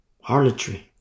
Harlotry